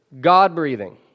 God-breathing